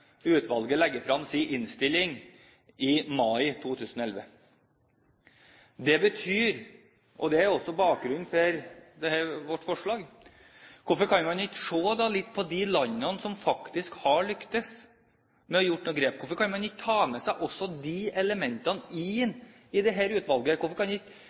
utvalget legge frem sin innstilling i mai 2011. Hvorfor kan man ikke se på de landene som faktisk har lyktes med å gjøre noen grep? Hvorfor kan man ikke ta med seg også de elementene inn i dette utvalget? Hvorfor kan